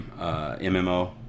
MMO